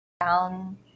down